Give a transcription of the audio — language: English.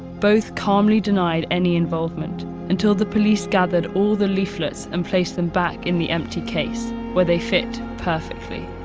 both calmly denied any involvement until the police gathered all the leaflets and placed them back in the empty case, where they fit perfectly.